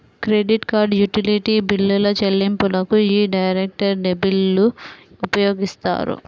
credit card, utility బిల్లుల చెల్లింపులకు యీ డైరెక్ట్ డెబిట్లు ఉపయోగిత్తారు